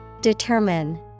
Determine